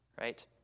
Right